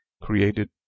created